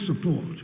support